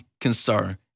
concern